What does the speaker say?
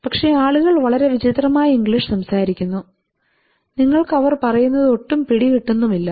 പക്ഷെ ആളുകൾ വളരെ വിചിത്രമായ ഇംഗ്ലീഷ് സംസാരിക്കുന്നു നിങ്ങൾക്ക് അവർ പറയുന്നത് ഒട്ടും പിടി കിട്ടുന്നുമില്ല